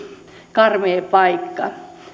karmea paikka